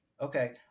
Okay